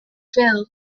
fell